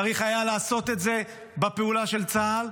צריך היה לעשות את זה בפעולה של צה"ל.